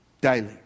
daily